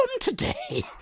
today